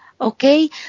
okay